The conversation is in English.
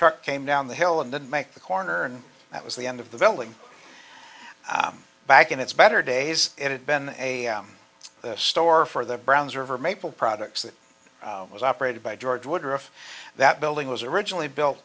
truck came down the hill and didn't make the corner and that was the end of the building back in its better days it had been a store for the browns or maple products that was operated by george woodruff that building was originally built